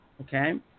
Okay